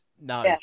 no